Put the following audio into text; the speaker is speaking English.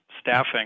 staffing